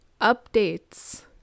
updates